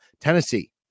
Tennessee